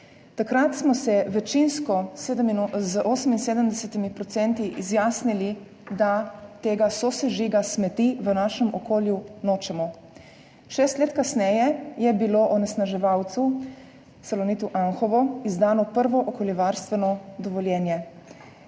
Takrat smo se večinsko, z 78 %, izjasnili, da tega sosežiga smeti v našem okolju nočemo. Šest let kasneje je bilo onesnaževalcu, Salonitu Anhovo, izdano prvo okoljevarstveno dovoljenje. Danes,